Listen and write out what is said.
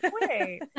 wait